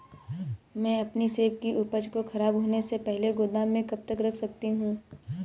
मैं अपनी सेब की उपज को ख़राब होने से पहले गोदाम में कब तक रख सकती हूँ?